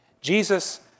Jesus